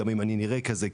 גם אם אני נראה כזה,